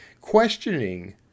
Questioning